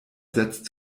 setzt